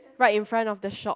right in front of the shop